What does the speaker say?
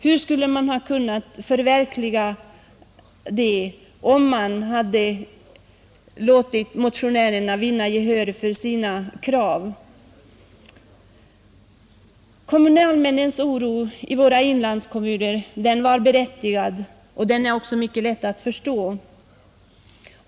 Hur skulle man ha kunnat förverkliga det önskemålet, om motionärerna vunnit gehör för sina krav? Kommunalmännens oro i inlandskommunerna var berättigad, och den är också mycket lätt att förstå.